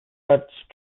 such